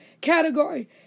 category